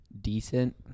decent